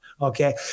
Okay